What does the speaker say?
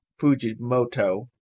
Fujimoto